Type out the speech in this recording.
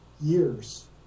years